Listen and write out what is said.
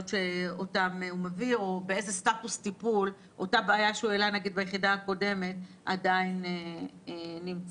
שלו או באיזה סטטוס טיפול אותה בעיה שהוא העלה ביחידה הקודמת עדיין נמצאת.